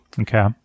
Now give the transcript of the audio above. Okay